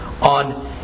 on